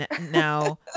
now